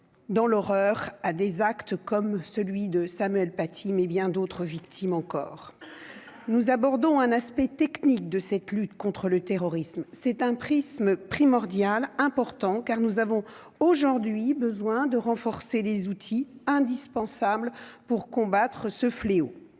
Dans l'horreur à des actes comme celui de Samuel Paty mais bien d'autres victimes encore nous abordons un aspect technique de cette lutte contre le terrorisme, c'est un prisme primordial important car nous avons aujourd'hui besoin de renforcer les outils indispensables pour combattre ce fléau,